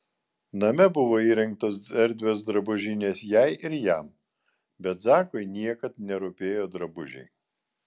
name buvo įrengtos erdvios drabužinės jai ir jam bet zakui niekad nerūpėjo drabužiai